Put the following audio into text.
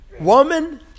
Woman